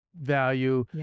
value